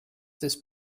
this